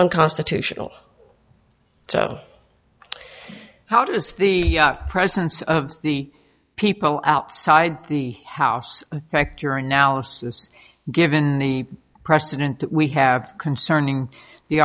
unconstitutional so how does the presence of the people outside the house act your analysis given the precedent that we have concerning the